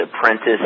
apprentice